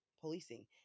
policing